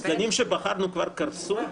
סגנים שבחרנו כבר קרסו?